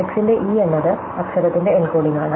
x ന്റെ E എന്നത് അക്ഷരത്തിന്റെ എൻകോഡിംഗാണ്